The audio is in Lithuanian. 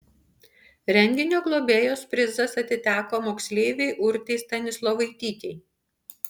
renginio globėjos prizas atiteko moksleivei urtei stanislovaitytei